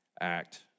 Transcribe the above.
act